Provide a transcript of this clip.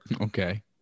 Okay